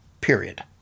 period